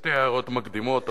שתי הערות מקדימות.